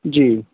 जी